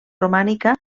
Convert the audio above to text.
romànica